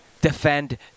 defend